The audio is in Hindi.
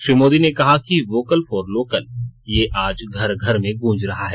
श्री मोदी ने कहा कि वोकल फॉर लोकल ये आज घर घर में गुंज रहा है